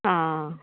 आं